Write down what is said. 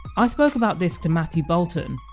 i spoke about this to matthew bolton,